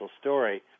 story